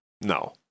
no